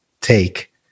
take